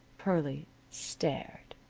pearlie stared.